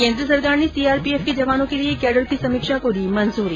केन्द्र सरकार ने सीआरपीएफ के जवानों के लिए कैडर की समीक्षा को दी मंजूरी